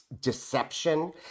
deception